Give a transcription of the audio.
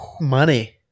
Money